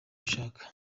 ushaka